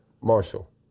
Marshall